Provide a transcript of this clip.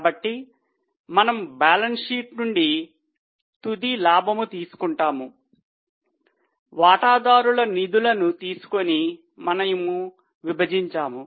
కాబట్టి మనము balance sheet నుండి తుది లాభం తీసుకుంటాము మొత్తం వాటాదారుల నిధులను తీసుకొని మనము విభజించాము